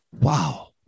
Wow